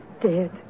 dead